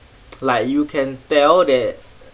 like you can tell that